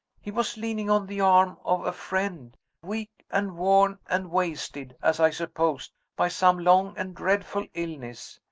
he was leaning on the arm of a friend weak and worn and wasted, as i supposed, by some long and dreadful illness.